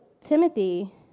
Timothy